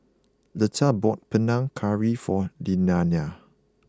Leta bought Panang Curry for Lilianna